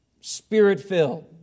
spirit-filled